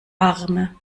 arme